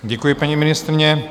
Děkuji, paní ministryně.